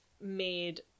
made